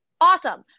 Awesome